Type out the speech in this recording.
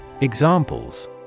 Examples